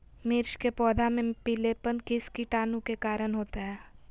मिर्च के पौधे में पिलेपन किस कीटाणु के कारण होता है?